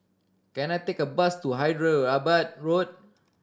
can I take a bus to Hyderabad Road